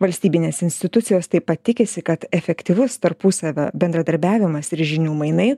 valstybinės institucijos taip pat tikisi kad efektyvus tarpusavio bendradarbiavimas ir žinių mainai